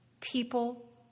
People